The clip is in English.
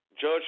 judge